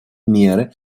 меры